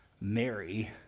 Mary